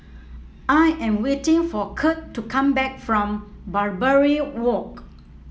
I am waiting for Kurt to come back from Barbary Walk